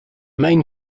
main